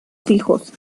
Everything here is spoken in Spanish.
hijos